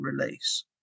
release